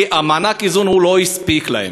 כי מענק האיזון לא הספיק להם.